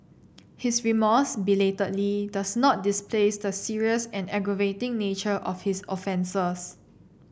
his remorse belatedly does not displace the serious and aggravating nature of his offences